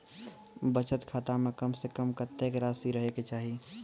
बचत खाता म कम से कम कत्तेक रासि रहे के चाहि?